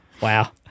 Wow